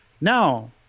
Now